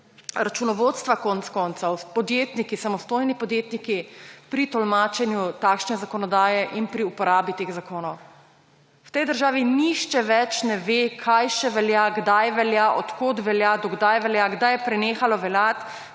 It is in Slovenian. računovodstva konec koncev, podjetniki, samostojni podjetniki pri tolmačenju takšne zakonodaje in pri uporabi teh zakonov. V tej državi nihče več ne ve, kaj še velja, kdaj velja, od kod velja, do kdaj velja, kdaj je prenehalo veljati,